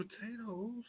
potatoes